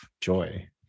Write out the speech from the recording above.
joy